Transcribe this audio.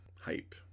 Hype